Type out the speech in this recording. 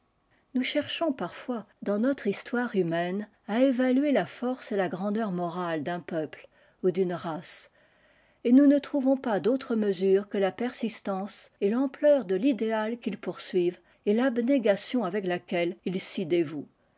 nous cherchons parfois dans notre histoire humaine à évaluer la force et la grandeur morale d'un peuple ou d'une race et nous ne trouvons pas d'autre mesure que la persistance et l'ampleur de tidéal qu'ils poursuivent et l'abnégation avec laquelle ils